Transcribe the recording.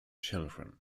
children